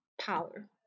power